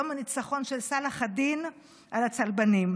יום הניצחון של צלאח א-דין על הצלבנים.